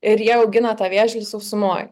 ir jie augina tą vėžlį sausumoj